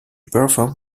perform